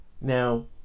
now